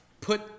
put